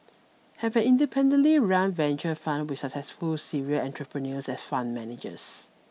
have an independently run venture fund with successful serial entrepreneurs as fund managers